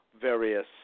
various